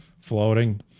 floating